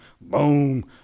boom